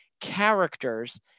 characters